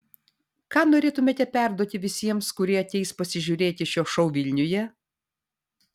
ką norėtumėte perduoti visiems kurie ateis pasižiūrėti šio šou vilniuje